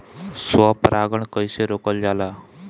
स्व परागण कइसे रोकल जाला?